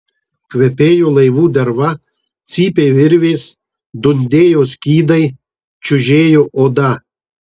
kvepėjo laivų derva cypė virvės dundėjo skydai čiužėjo oda